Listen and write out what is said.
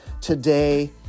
today